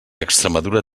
extremadura